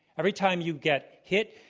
every time you get hit,